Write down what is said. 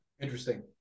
Interesting